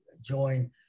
join